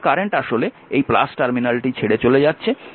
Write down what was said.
তার মানে কারেন্ট আসলে এই টার্মিনালটি ছেড়ে চলে যাচ্ছে